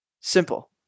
Simple